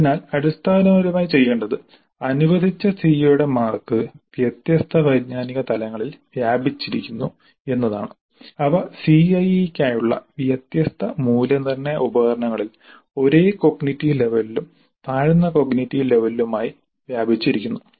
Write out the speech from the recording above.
അതിനാൽ അടിസ്ഥാനപരമായി ചെയ്യേണ്ടത് അനുവദിച്ച സിഒയുടെ മാർക്ക് വ്യത്യസ്ത വൈജ്ഞാനിക തലങ്ങളിൽ വ്യാപിച്ചിരിക്കുന്നു എന്നതാണ് അവ CIE ക്കായുള്ള വ്യത്യസ്ത മൂല്യനിർണ്ണയ ഉപകരണങ്ങളിൽ ഒരേ കോഗ്നിറ്റീവ് ലെവലിലും താഴ്ന്ന കോഗ്നിറ്റീവ് ലെവലിലുമായി ആയി വ്യാപിച്ചിരിക്കുന്നു